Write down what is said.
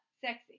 sexy